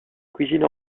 cuisine